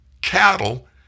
cattle